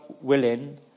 willing